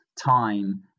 time